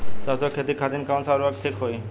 सरसो के खेती खातीन कवन सा उर्वरक थिक होखी?